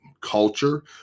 culture